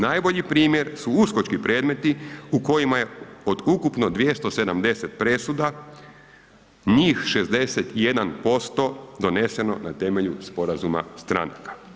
Najbolji primjer su uskočki predmeti u kojima je od ukupno 270 presuda njih 61% doneseno na temelju sporazuma stranaka.